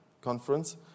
conference